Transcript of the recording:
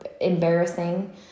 embarrassing